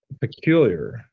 peculiar